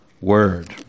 word